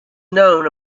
known